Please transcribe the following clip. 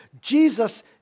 Jesus